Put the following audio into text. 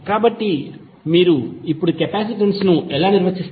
కాబట్టి మీరు ఇప్పుడు కెపాసిటెన్స్ను ఎలా నిర్వచిస్తారు